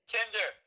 Tinder